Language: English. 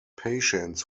patients